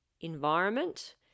environment